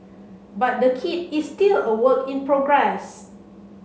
but the kit is still a work in progress